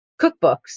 cookbooks